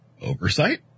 Oversight